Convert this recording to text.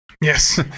Yes